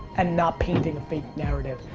and not painting a fake narrative.